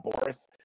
Boris